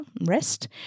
rest